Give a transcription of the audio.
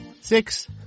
six